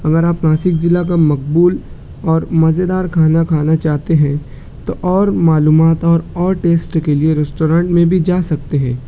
اگر آپ ناسک ضلع کا مقبول اور مزے دار کھانا کھانا چاہتے ہیں تو اور معلومات اور اور ٹیسٹ کے لیے ریسٹورینٹ میں بھی جا سکتے ہیں